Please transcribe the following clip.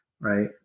Right